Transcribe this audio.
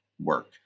work